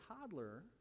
toddler